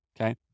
okay